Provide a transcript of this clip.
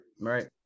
Right